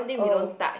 oh